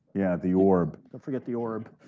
yeah, the orb. don't forget the orb.